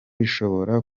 bishobora